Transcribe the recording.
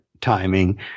timing